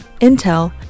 Intel